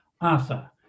Arthur